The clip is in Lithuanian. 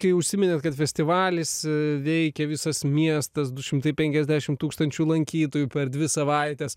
kai užsiminėt kad festivalis veikia visas miestas du šimtai penkiasdešimt tūkstančių lankytojų per dvi savaites